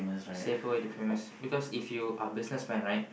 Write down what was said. safer way to be famous because if you are business man right